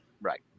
right